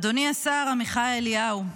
אדוני השר עמיחי אליהו,